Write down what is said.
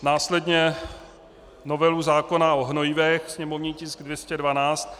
Následně novelu zákona o hnojivech, sněmovní tisk 212.